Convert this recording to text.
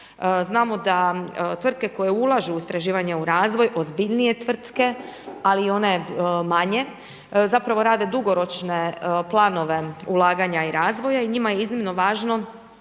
Znamo da tvrtke koje ulažu u istraživanje, u razvoj ozbiljnije tvrtke, ali i one manje zapravo rade dugoročne planove ulaganja i razvoja. I njima je iznimno važno